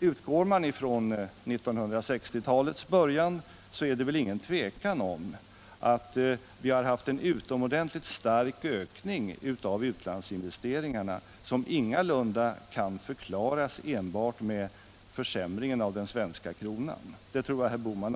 Utgår man från 1960-talets början är det väl ingen tvekan om att vi har haft en utomordentligt stark ökning av utlandsinvesteringarna som ingalunda kan förklaras enbart med försämringen av den svenska kronan, det tror jag att herr Bohman